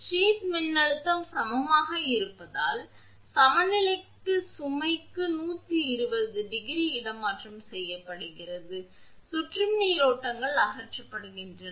sheath மின்னழுத்தம் சமமாக இருப்பதால் சமநிலையான சுமைக்கு 120 ° இடமாற்றம் செய்யப்படுகிறது சுற்றும் நீரோட்டங்கள் அகற்றப்படுகின்றன